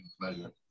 pleasure